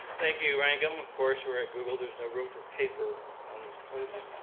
thank you, rangam. of course, we're at google, there's no room for paper on this podium.